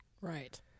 Right